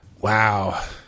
Wow